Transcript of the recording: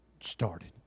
started